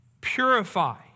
Purify